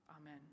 Amen